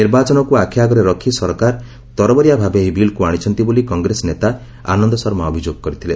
ନିର୍ବାଚନକୁ ଆଖିଆଗରେ ରଖି ସରକାର ତରବରିଆ ଭାବେ ଏହି ବିଲ୍କ୍ ଆଶିଛନ୍ତି ବୋଲି କଂଗ୍ରେସ ନେତା ଆନନ୍ଦ ଶର୍ମା ଅଭିଯୋଗ କରିଥିଲେ